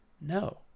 No